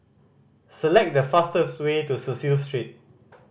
select the fastest way to Cecil Street